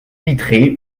vitrée